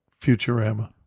Futurama